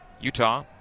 Utah